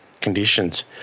conditions